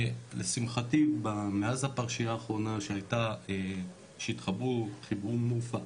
לשמחתי מאז הפרשייה האחרונה שהיתה שהתחברו עם איזה